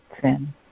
sin